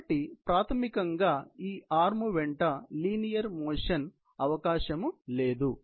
కాబట్టి ప్రాథమికంగా ఈ ఆర్మ్ వెంట లీనియర్ మోషన్ అవకాశం లేదు